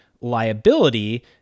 liability